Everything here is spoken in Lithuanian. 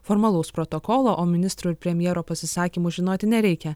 formalaus protokolo o ministrų ir premjero pasisakymų žinoti nereikia